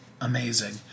amazing